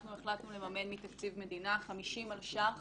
אנחנו החלטנו לממן מתקציב מדינה 50 מיליון שקלים